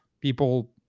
People